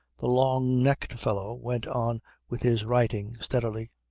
the long-necked fellow went on with his writing steadily.